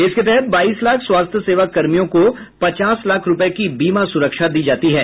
इसके तहत बाइस लाख स्वास्थ्य सेवा कर्मियों को पचास लाख रुपये की बीमा सुरक्षा दी जाती है